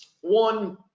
one